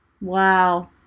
Wow